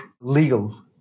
legal